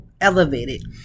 elevated